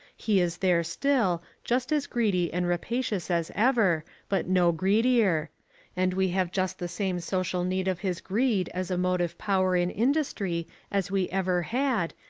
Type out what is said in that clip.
he is there still, just as greedy and rapacious as ever, but no greedier and we have just the same social need of his greed as a motive power in industry as we ever had,